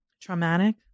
traumatic